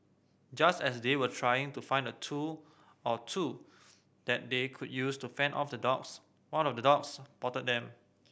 just as they were trying to find a tool or two that they could use to fend off the dogs one of the dogs spotted them